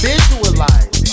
Visualize